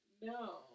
No